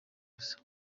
gusa